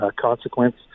consequence